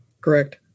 Correct